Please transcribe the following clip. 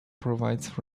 provides